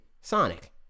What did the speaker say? Sonic